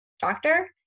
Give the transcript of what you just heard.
doctor